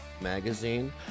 Magazine